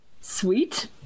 Sweet